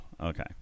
okay